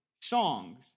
songs